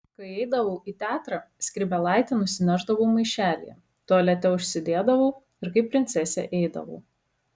kai eidavau į teatrą skrybėlaitę nusinešdavau maišelyje tualete užsidėdavau ir kaip princesė eidavau